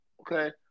okay